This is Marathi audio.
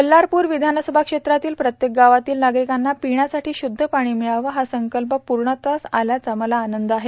बल्लारपूर विधानसभा क्षेत्रातील प्रत्येक गावातील नागरिकांना पिण्यासाठी शुद्ध पाणी मिळावं हा संकल्प पूर्णत्वास आला याचा मला आनंद आहे